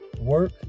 work